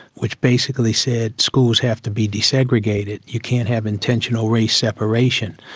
which basically said schools have to be de segregated, you can't have intentional race separation,